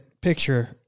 picture